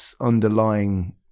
underlying